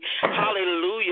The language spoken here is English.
hallelujah